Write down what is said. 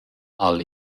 ha’l